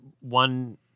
one